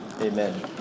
amen